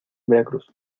veracruz